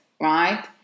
right